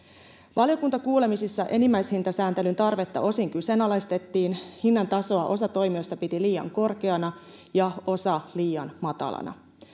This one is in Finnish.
valiokuntakuulemisissa enimmäishintasääntelyn tarvetta osin kyseenalaistettiin hinnan tasoa osa toimijoista piti liian korkeana ja osa liian matalana